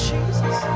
Jesus